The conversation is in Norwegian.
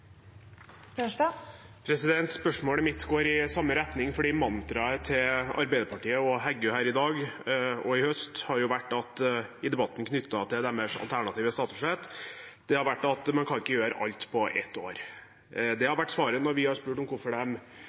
partiet. Spørsmålet mitt går i samme retning, for mantraet til Arbeiderpartiet og Heggø her i dag, og i høst, i debatten knyttet til deres alternative statsbudsjett, har vært at man ikke kan gjøre alt på ett år. Det har vært svaret når vi har spurt om